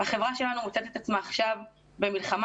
החברה שלנו מוצאת את עצמה עכשיו במלחמה